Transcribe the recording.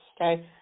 okay